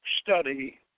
study